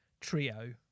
trio